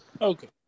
Okay